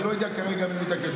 אני לא יודע כרגע מי מתעקש.